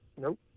Nope